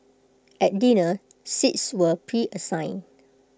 at dinner seats were preassigned